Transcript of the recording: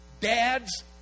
Dads